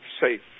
safe